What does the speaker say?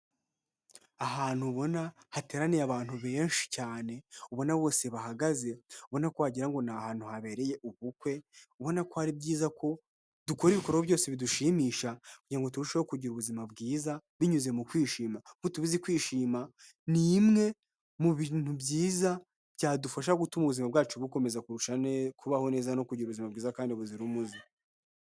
Ahantu ubona hateraniye abantu benshi cyane, ubona bose bahagaze, ubona ko wagira ngo ni ahantu habereye ubukwe. Ubona ko ari byiza ko dukora ibikorwa byose bidushimisha, kugira ngo turusheho kugira ubuzima bwiza, binyuze mu kwishima. Nkuko tubizi kwishima, ni mwe mu bintu byiza, byadufasha gutuma ubuzima bwacu bukomeza kurusha kubaho neza, no kugira ubuzima bwiza kandi buzira umuze.